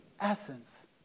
essence